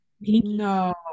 No